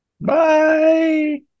Bye